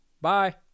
Bye